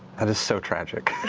that is so tragic.